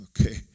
okay